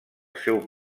seu